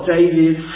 David